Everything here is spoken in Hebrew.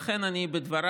לכן אני בדבריי